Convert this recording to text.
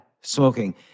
smoking